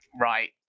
Right